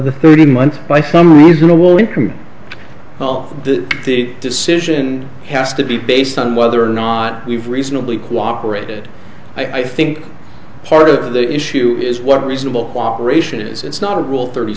the third month by some reasonable increment all the decision has to be based on whether or not we've reasonably cooperated i think part of the issue is what reasonable cooperation it is it's not a rule thirty